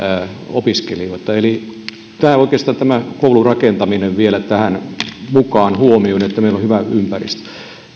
opiskelijoita eli oikeastaan tämä koulurakentaminen olisi vielä otettava tähän mukaan huomioitava se että meillä on hyvä ympäristö